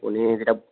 আপুনি তেতিয়া